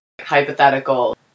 hypothetical